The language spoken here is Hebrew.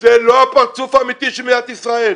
זה לא הפרצוף האמיתי של מדינת ישראל.